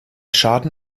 schaden